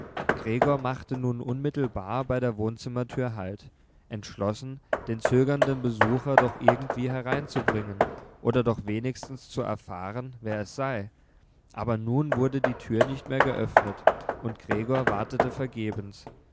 gregor machte nun unmittelbar bei der wohnzimmertür halt entschlossen den zögernden besucher doch irgendwie hereinzubringen oder doch wenigstens zu erfahren wer es sei aber nun wurde die tür nicht mehr geöffnet und gregor wartete vergebens